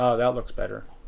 ah that looks better.